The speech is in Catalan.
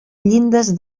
llindes